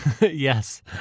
Yes